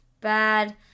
bad